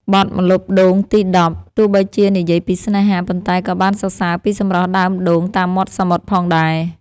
បទ «ម្លប់ដូងទីដប់» ទោះបីជានិយាយពីស្នេហា ប៉ុន្តែក៏បានសរសើរពីសម្រស់ដើមដូងតាមមាត់សមុទ្រផងដែរ។